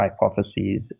hypotheses